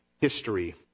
history